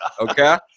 okay